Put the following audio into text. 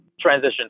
transition